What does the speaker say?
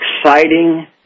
exciting